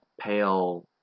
pale